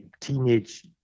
teenage